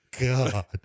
God